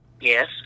Yes